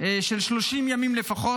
30 ימים לפחות,